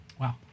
Wow